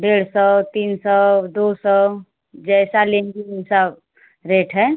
डेढ़ सौ तीन सौ दो सौ जैसा लेंगी वैसा रेट है